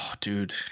dude